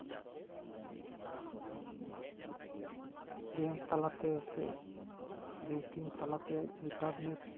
bank ᱛᱟᱞᱟᱛᱮ ᱥᱮ banking ᱛᱟᱞᱟᱛᱮ ᱤᱱᱴᱟᱨᱱᱮᱴ